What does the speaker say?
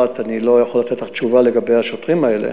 אני לא יכול לתת לך תשובה לגבי השוטרים האלה,